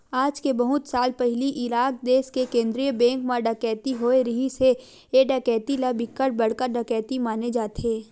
आज ले बहुत साल पहिली इराक देस के केंद्रीय बेंक म डकैती होए रिहिस हे ए डकैती ल बिकट बड़का डकैती माने जाथे